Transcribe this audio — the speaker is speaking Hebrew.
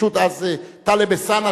פשוט טלב אלסאנע,